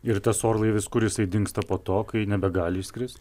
ir tas orlaivis kur jis dingsta po to kai nebegali išskrist